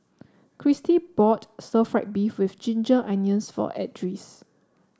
Kristy bought stir fry beef with Ginger Onions for Edris